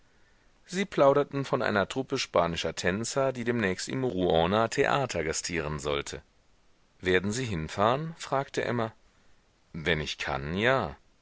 sie plauderten von einer truppe spanischer tänzer die demnächst im rouener theater gastieren sollte werden sie hinfahren fragte emma wenn ich kann ja